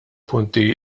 punti